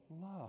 love